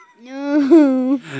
No